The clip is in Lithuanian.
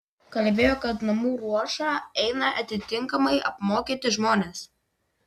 kalbėjo kad namų ruošą eina atitinkamai apmokyti žmonės